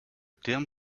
terme